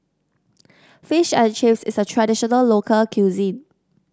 Fish and Chips is a traditional local cuisine